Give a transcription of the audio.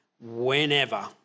whenever